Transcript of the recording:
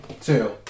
Two